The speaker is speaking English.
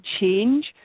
change